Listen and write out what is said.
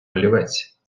олівець